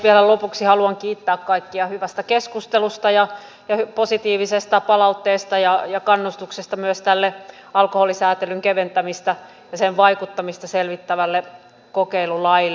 vielä lopuksi haluan kiittää kaikkia hyvästä keskustelusta ja positiivisesta palautteesta ja kannustuksesta myös tälle alkoholisäätelyn keventämistä ja sen vaikuttamista selvittävälle kokeilulaille